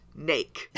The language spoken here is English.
nake